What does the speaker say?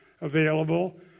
available